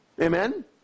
Amen